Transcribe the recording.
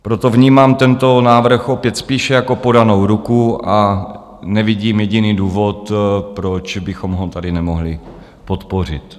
Proto vnímám tento návrh opět spíše jako podanou ruku a nevidím jediný důvod, proč bychom ho tady nemohli podpořit.